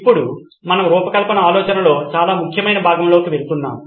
ఇప్పుడు మనం రూపకల్పన ఆలోచనలో చాలా ముఖ్యమైన భాగంలోకి వెళ్తున్నాము